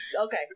Okay